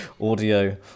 Audio